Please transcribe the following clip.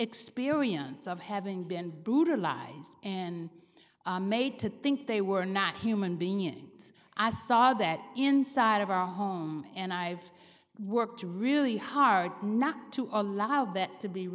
experience of having been brutalized and made to think they were not human beings i saw that inside of our home and i've worked really hard not to allow that to be